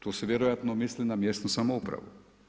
Tu se vjerojatno misli na mjesnu samoupravu.